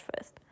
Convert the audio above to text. first